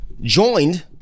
joined